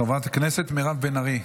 חברת הכנסת מירב בן ארי.